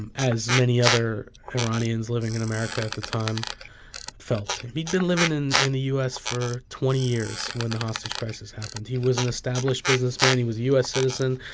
and as many other iranians living in america at the time felt. he'd been living in in the u s. for twenty years when the hostage crisis happened. he was an established businessman. he was a u s. citizen.